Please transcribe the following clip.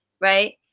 right